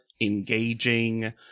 engaging